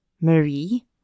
Marie